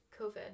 COVID